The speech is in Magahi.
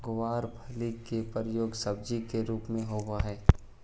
गवारफली के प्रयोग सब्जी के रूप में होवऽ हइ